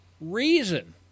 reason